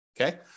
Okay